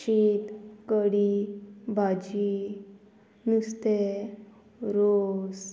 शीत कडी भाजी नुस्तें रोस